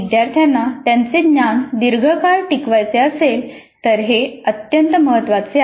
विद्यार्थ्यांना त्यांचे ज्ञान दीर्घकाळ टिकवायचे असेल तर हे अत्यंत महत्त्वाचे आहे